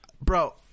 bro